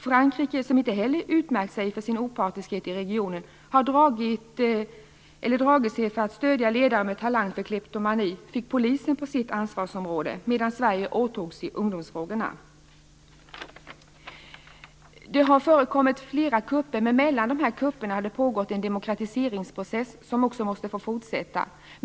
Frankrike, som inte heller utmärkt sig för sin opartiskhet i regionen eller dragit sig för att stödja ledare med talang för kleptomani, fick polisen på sitt ansvarsområde, medan Sverige åtog sig ungdomsfrågorna. Det har förekommit flera kupper, men mellan de kupperna har det pågått en demokratiseringsprocess som också måste få fortsätta.